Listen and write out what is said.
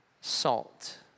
salt